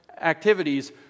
activities